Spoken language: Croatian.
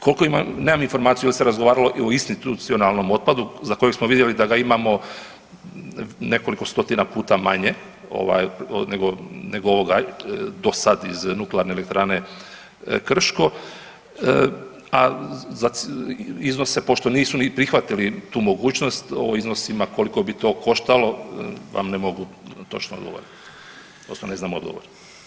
Koliko ima, nemam informaciju da se razgovaralo i o institucionalnom otpadu za kojeg smo vidjeli da ga imamo nekoliko stotina puta manje, ovaj nego, nego do sad iz Nuklearne elektrane Krško, a za iznose pošto nisu ni prihvatili tu mogućnost o iznosima koliko bi to koštalo vam ne mogu točno odgovoriti odnosno ne znam odgovor.